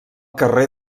carrer